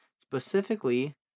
specifically